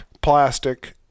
plastic